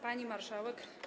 Pani Marszałek!